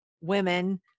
women